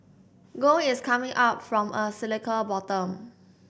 gold is coming up from a cyclical bottom